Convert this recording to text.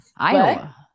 Iowa